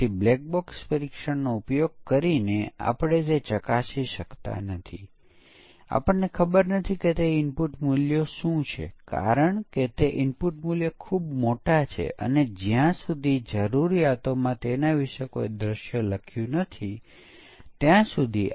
આપણે યુનિટ પરીક્ષણ દરમિયાન તપાસ કરી રહ્યા છીએ કોડ વિગતવાર ડિઝાઇન સાથે અનુરૂપ લખાયેલ છે કે કેમ